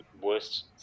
worst